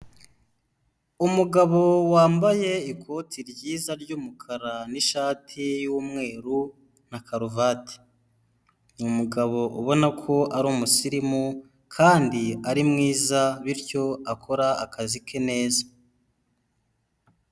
Umugabo wambaye ikoti ryiza ry'umukara n'ishati y'umweru na karuvati, ni umugabo ubona ko ari umusirimu kandi ari mwiza bityo akora akazi ke neza.